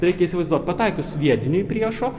reikia įsivaizduot pataikius sviediniui priešo